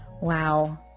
Wow